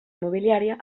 immobiliària